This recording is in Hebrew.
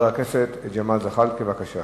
הצעה לסדר-היום שמספרה